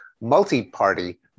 multi-party